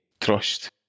trust